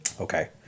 Okay